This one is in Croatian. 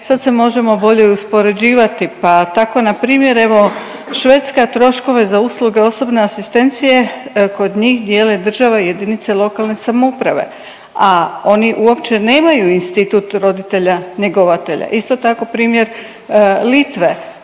sad se može i bolje uspoređivati, pa tako npr. evo Švedska troškove za usluge osobne asistencije kod njih dijele država i jedinice lokalne samouprave, a oni uopće nemaju institut roditelja njegovatelja. Isto tako primjer Litve